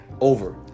over